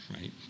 right